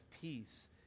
peace